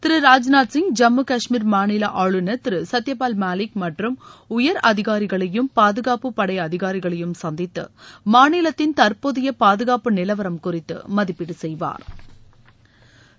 திரு ராஜ்நாத் சிங் ஜம்மு கஷ்மீர் மாநில ஆளுநர் திரு சத்தியபால் மாலிக் மற்றும் உயர் அதிகாரிகளையும் பாதுகாப்பு படை அதிகாரிகளையும் சந்தித்து மாநிலத்தின் தற்போதைய பாதுகாப்பு நிலவரம் குறித்து மதிப்பீடு செய்வாா்